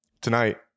Tonight